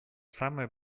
самое